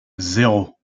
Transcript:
zéro